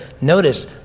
Notice